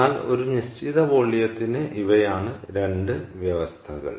എന്നാൽ ഒരു നിശ്ചിത വോള്യത്തിന് ഇവയാണ് 2 വ്യവസ്ഥകൾ